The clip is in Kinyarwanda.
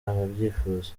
ababyifuza